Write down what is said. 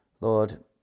Lord